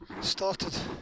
started